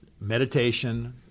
Meditation